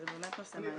כי זה באמת נושא מעניין.